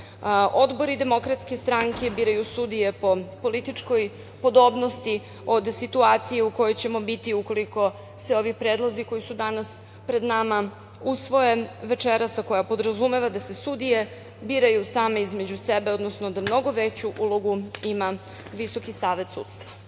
odbori DS biraju sudije po političkoj podobnosti od situacije u kojoj ćemo biti ukoliko se ovi predlozi koji su danas pred nama usvoje večeras, a koja podrazumeva da se sudije biraju same između sebe, odnosno da mnogo veću ulogu ima Visoki savet